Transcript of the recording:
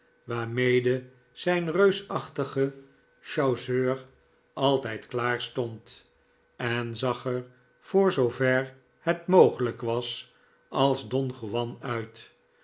waarmede zijn reusachtige chasseur altijd klaar stond en zag er voor zoover het mogelijk was als don juan uit